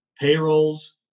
payrolls